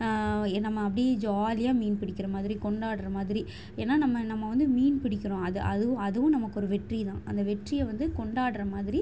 நம்ம அப்படியே ஜாலியாக மீன் பிடிக்கிற மாதிரி கொண்டாடுற மாதிரி ஏன்னா நம்ம நம்ம வந்து மீன் பிடிக்கிறோம் அது அதுவும் அதுவும் நமக்கொரு வெற்றி தான் அந்த வெற்றியை வந்து கொண்டாடுற மாதிரி